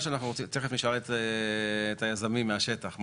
תכף נשאל את היזמים מהשטח,